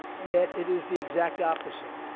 yet, it is the exact opposite.